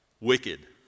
wicked